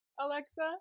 Alexa